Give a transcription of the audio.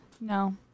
No